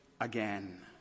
again